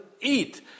eat